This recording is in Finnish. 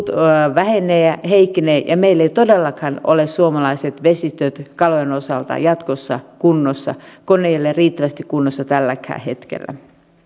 vähenee ja heikkenee ja meillä eivät todellakaan ole suomalaiset vesistöt kalojen osalta jatkossa kunnossa kun eivät ole riittävästi kunnossa tälläkään hetkellä